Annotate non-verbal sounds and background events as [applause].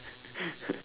[laughs]